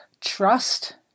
trust